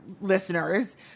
listeners